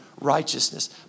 righteousness